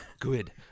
Good